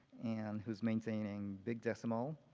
and who's maintaining big decimal.